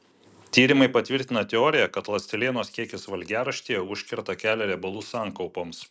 tyrimai patvirtina teoriją kad ląstelienos kiekis valgiaraštyje užkerta kelią riebalų sankaupoms